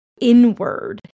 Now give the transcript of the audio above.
inward